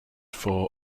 for